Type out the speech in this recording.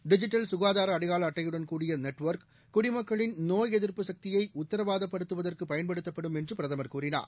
digital சுகாதார அடையாள அட்டையுடன்கூடிய நெட்வொர்க் குடிமக்களின் நோய் எதிர்ப்பு சக்தியை உத்தரவாதப்படுத்துவதற்கு பயன்படுத்தப்படும் என்று பிரதமர் கூறினார்